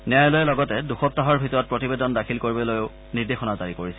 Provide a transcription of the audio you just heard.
ন্যায়ালয়ে লগতে দুসপ্তাহৰ ভিতৰত প্ৰতিবেদন দাখিল কৰিবলৈয়ো নিৰ্দেশন জাৰি কৰিছে